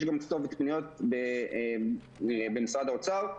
יש גם כתובת פניות במשרד האוצר,